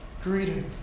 Greeting